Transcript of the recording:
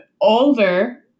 older